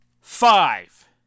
five